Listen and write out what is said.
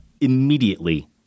immediately